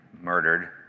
murdered